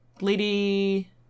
Lady